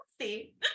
see